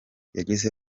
yagize